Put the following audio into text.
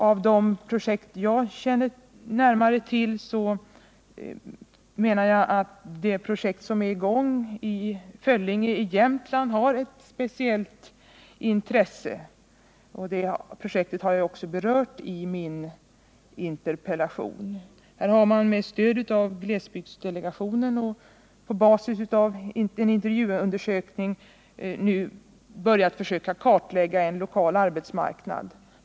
Av de projekt som jag känner närmare till har det projekt som är i gång i Föllinge i Jämtland ett speciellt intresse. Det projektet har jag också berört i min interpellation. Där har man med stöd från glesbygdsdelegationen och på basis av en intervjuundersökning börjat kartlägga en lokal arbetsmarknad.